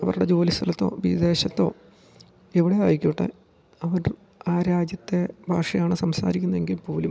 അവരുടെ ജോലി സ്ഥലത്തോ വിദേശത്തോ എവിടെ ആയിക്കോട്ടെ അവർ ആ രാജ്യത്തെ ഭാഷയാണ് സംസാരിക്കുന്നെങ്കിൽ പോലും